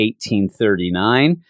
1839